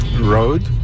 Road